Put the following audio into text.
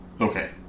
Okay